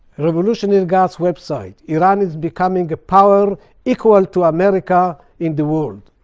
revolutionary guards website. iran is becoming a power equal to america in the world.